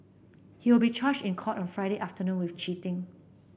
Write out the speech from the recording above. he will be charged in court on Friday afternoon with cheating